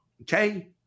okay